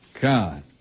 God